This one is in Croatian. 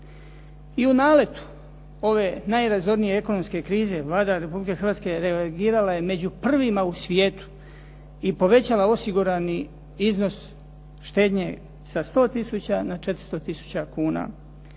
I u naletu ove najrazornije ekonomske krize Vlada Republike Hrvatske reagirala je među prvima u svijetu i povećala osigurani iznos štednje sa 100 tisuća na 400 tisuća kuna.